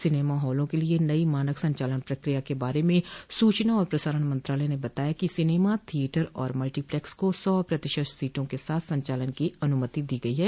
सिनेमाहालों के लिए नयी मानक संचालन प्रक्रिया के बारे में सूचना और प्रसारण मंत्रालय ने बताया कि सिनेमा थियेटर और मल्टीप्लेक्स को सौ प्रतिशत सीटों के साथ संचालन की अनुमति दी गयी है